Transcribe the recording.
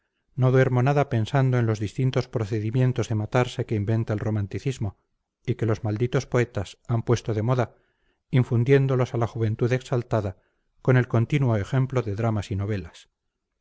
no duermo nada pensando en los distintos procedimientos de matarse que inventa el romanticismo y que los malditos poetas han puesto de moda infundiéndolos a la juventud exaltada con el continuo ejemplo de dramas y novelas